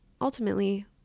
ultimately